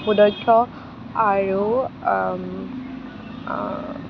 সুদক্ষ আৰু